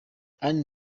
anne